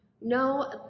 No